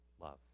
love